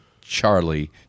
Charlie